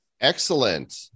Excellent